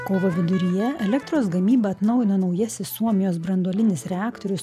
kovo viduryje elektros gamybą atnaujina naujasis suomijos branduolinis reaktorius